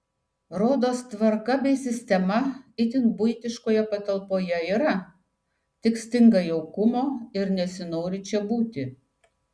rodos tvarka bei sistema itin buitiškoje patalpoje yra tik stinga jaukumo ir nesinori čia būti